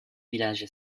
village